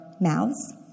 mouths